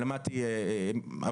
אני למדתי עבודה,